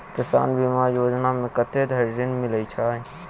किसान बीमा योजना मे कत्ते धरि ऋण मिलय छै?